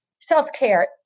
Self-care